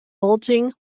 bulging